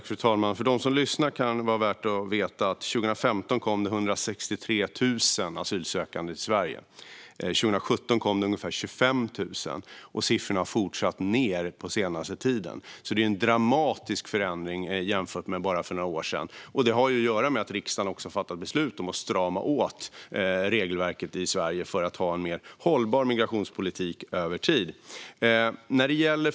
Fru talman! För dem som lyssnar kan det vara värt att veta att det 2015 kom 163 000 asylsökande till Sverige. År 2017 kom det ca 25 000, och siffrorna fortsätter att sjunka. Det har alltså skett en dramatisk förändring de senaste åren, vilket delvis har att göra med att riksdagen fattade beslut om att strama åt regelverket för att få en mer hållbar migrationspolitik över tid.